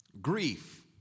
Grief